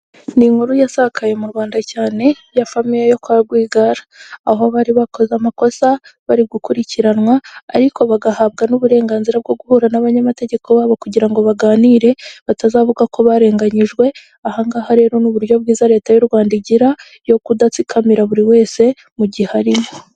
Ni inkuru yasakaye mu Rwanda cyane ya famiye yo kwa Rwigara, aho bari bakoze amakosa bari gukurikiranwa ariko bagahabwa n'uburenganzira bwo guhura n'abanyamategeko babo kugirango baganire batazavuga ko barenganyijwe. Ahangaha rero n'uburyo bwiza leta y'u Rwanda igira yo kudatsikamira buri wese mu gihe harimo.